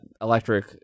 electric